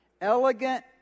Elegant